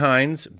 Hines